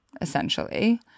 essentially